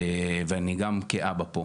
אני גם כאבא פה.